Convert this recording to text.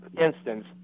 instance